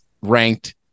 ranked